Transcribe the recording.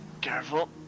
careful